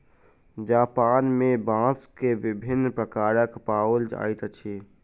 Japan में बांस के विभिन्न प्रकार पाओल जाइत अछि